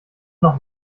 noch